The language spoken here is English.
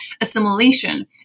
assimilation